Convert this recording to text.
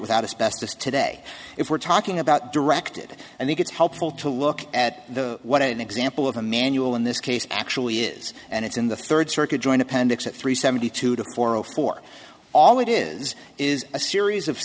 without a specialist today if we're talking about directed and it's helpful to look at what an example of a manual in this case actually is and it's in the third circuit joint appendix at three seventy two to four o four all it is is a series of